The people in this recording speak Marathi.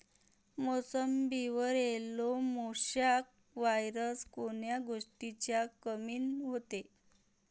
मोसंबीवर येलो मोसॅक वायरस कोन्या गोष्टीच्या कमीनं होते?